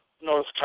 North